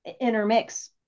intermix